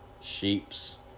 sheeps